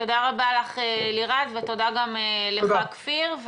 תודה רבה לך, לירז, ותודה גם לך, כפיר.